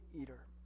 eater